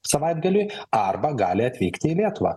savaitgaliui arba gali atvykti į lietuvą